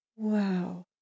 Wow